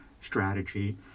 strategy